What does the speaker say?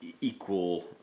equal